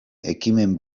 ekimen